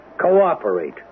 Cooperate